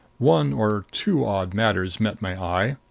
one or two odd matters met my eye.